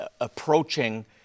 approaching